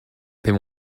paix